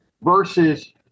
versus